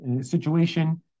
situation